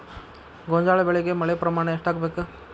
ಗೋಂಜಾಳ ಬೆಳಿಗೆ ಮಳೆ ಪ್ರಮಾಣ ಎಷ್ಟ್ ಆಗ್ಬೇಕ?